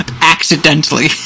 Accidentally